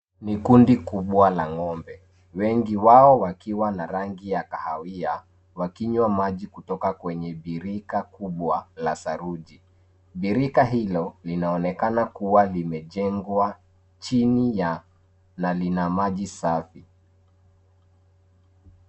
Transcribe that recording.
Ni kundi kubwa la ng'ombe, wengi wao wakiwa na rangi ya kahawia, wakinywa maji kwenye birika kubwa, la saruji. Birika hilo, linaonekana kuwa limejengwa, chini ya, na lina maji safi.